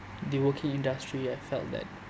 the working industry I felt that